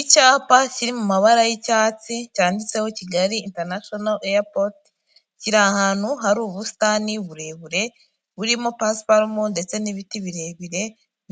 Icyapa kiri mu mabara y'icyatsi cyanditseho Kigali international airport, kiri ahantu hari ubusitani burebure burimo pasiparumu ndetse n'ibiti birebire